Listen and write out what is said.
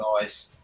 guys